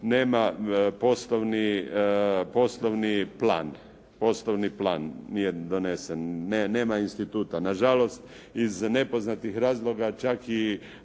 nema upravu, nema poslovni plan nije donesen. Nema instituta. Na žalost iz nepoznatih razloga čak i